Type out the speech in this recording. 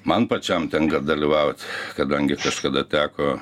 man pačiam tenka dalyvaut kadangi kažkada teko